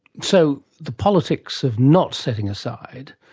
so the politics of not setting aside,